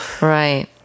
Right